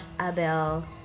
Abel